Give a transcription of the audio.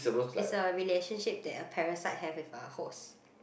is a relationship that a parasite has with a host